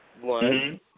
one